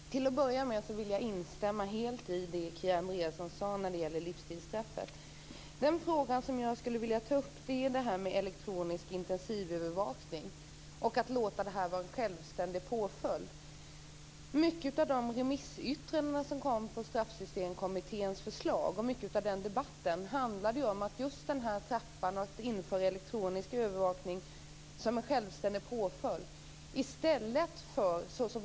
Fru talman! Till att börja med vill jag helt instämma i det Kia Andreasson sade om livstidsstraffet. Den fråga som jag vill ta upp är att låta elektronisk intensivövervakning vara en självständig påföljd. Många av de remissyttranden som kom på Straffsystemkommitténs förslag och mycket av debatten handlade just om trappan och att införa elektronisk övervakning som en självständig påföljd.